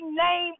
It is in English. name